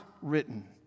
written